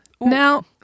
now